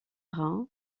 rhin